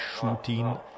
shooting